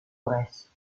bresse